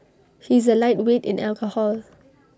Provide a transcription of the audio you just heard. he is A lightweight in alcohol